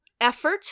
effort